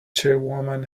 chairwoman